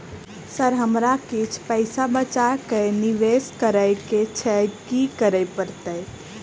Sir हमरा किछ पैसा बचा कऽ निवेश करऽ केँ छैय की करऽ परतै?